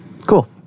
Cool